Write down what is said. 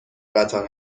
قطار